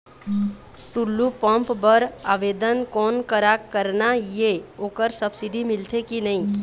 Tullu pump बर आवेदन कोन करा करना ये ओकर सब्सिडी मिलथे की नई?